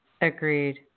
Agreed